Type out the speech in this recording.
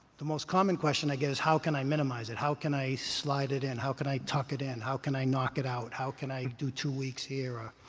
the most common question i get is, how can i minimize it? how can i slide it in? how can i tuck it in? how can i knock it out? how can i do two weeks here? ah